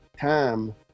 time